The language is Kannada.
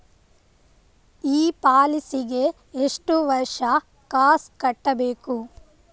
ಈ ಪಾಲಿಸಿಗೆ ಎಷ್ಟು ವರ್ಷ ಕಾಸ್ ಕಟ್ಟಬೇಕು?